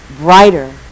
brighter